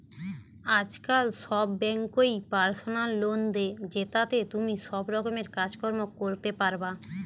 আজকাল সব বেঙ্কই পার্সোনাল লোন দে, জেতাতে তুমি সব রকমের কাজ কর্ম করতে পারবা